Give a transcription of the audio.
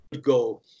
go